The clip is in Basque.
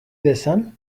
dezan